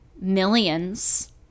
millions